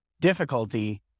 difficulty